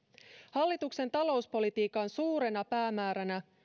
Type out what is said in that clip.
hallituksen talouspolitiikan suurena päämääränä